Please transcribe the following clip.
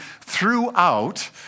throughout